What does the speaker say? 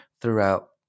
throughout